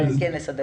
בבקשה.